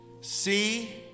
See